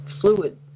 fluid